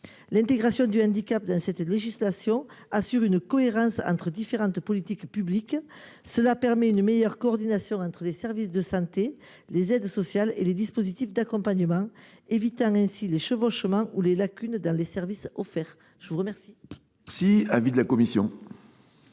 L’intégration du handicap dans cette législation assure une forme de cohérence entre différentes politiques publiques. Elle permet une meilleure coordination entre les services de santé, les aides sociales et les dispositifs d’accompagnement, évitant ainsi des chevauchements ou des lacunes dans les services offerts. Quel est l’avis de la commission